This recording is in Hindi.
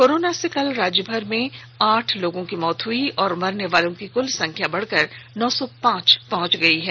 कोरोना से कल राज्यभर में आठ लोगों की मौत हो गई और मरनेवालों की कुल संख्या बढ़कर नौ सौ पांच पहुंच गई है